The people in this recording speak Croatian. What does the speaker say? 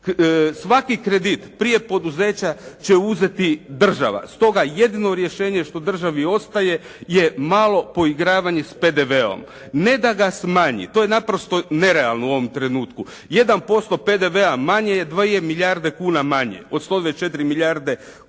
Svaki kredit prije poduzeća će uzeti država. Stoga jedino rješenje što državi ostaje je malo poigravanje sa PDV-om. Ne da ga smanji, to je naprosto nerealno u ovom trenutku. 1% PDV-a manje je, 2 milijarde kuna manje, od 124 milijarde kuna